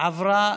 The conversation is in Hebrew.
עברה